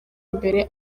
imbere